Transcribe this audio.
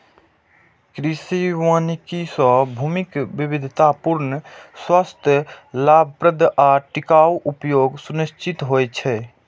कृषि वानिकी सं भूमिक विविधतापूर्ण, स्वस्थ, लाभप्रद आ टिकाउ उपयोग सुनिश्चित होइ छै